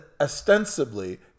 ostensibly